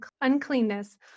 uncleanness